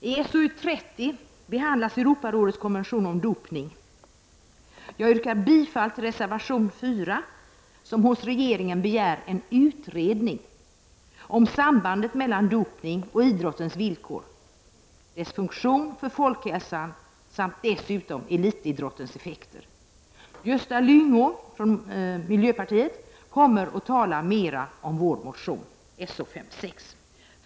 Herr talman! I SoU30 behandlas Europarådets konvention om dopning. Jag yrkar bifall till reservation 3 där man hos regeringen begär en utredning om sambandet mellan dopning och idrottens villkor, dess funktion för folkhälsan samt elitidrottens effekter. Gösta Lyngå från miljöpartiet kommer att tala mer om vår motion So56.